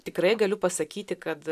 tikrai galiu pasakyti kad